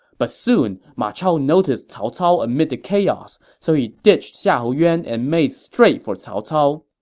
but soon, ma chao noticed cao cao amid the chaos, so he ditched xiahou yuan and made straight for cao cao.